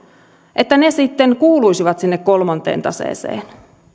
sitten kuuluisivat sinne kolmanteen taseeseen